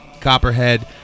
Copperhead